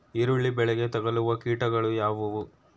ಈರುಳ್ಳಿ ಬೆಳೆಗೆ ತಗಲುವ ಕೀಟಗಳು ಯಾವುವು?